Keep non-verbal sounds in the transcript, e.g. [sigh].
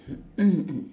[noise] mm mm